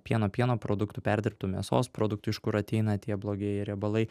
pieno pieno produktų perdirbtų mėsos produktų iš kur ateina tie blogieji riebalai